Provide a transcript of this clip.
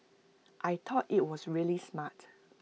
I taught IT was really smart